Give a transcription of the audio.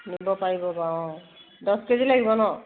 নিব পাৰিব বাৰু অঁ দহ কেজি লাগিব ন